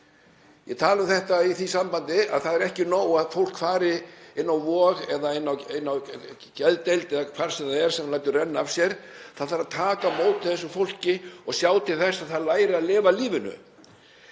Ég tala um þetta í því sambandi að það er ekki nóg að fólk fari inn á Vog eða inn á geðdeild, eða hvar sem það lætur renna af sér. Það þarf að taka á móti þessu fólki og sjá til þess að það læri að lifa lífinu.